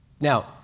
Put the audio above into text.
Now